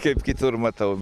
kaip kitur matau